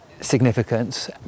significance